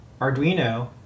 Arduino